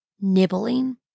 nibbling